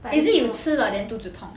is it you 吃了 then 肚子痛